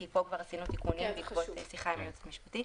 כי פה כבר עשינו תיקונים בעקבות שיחה עם היועץ המשפטי.